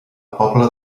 pobla